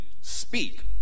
speak